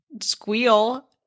squeal